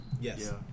Yes